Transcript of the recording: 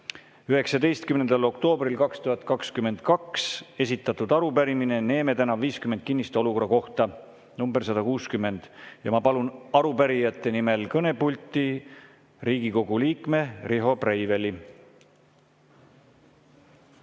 19. oktoobril 2022 esitatud arupärimine Neeme tn 50 kinnistu olukorra kohta (nr 160). Ma palun arupärijate nimel kõnepulti Riigikogu liikme Riho Breiveli.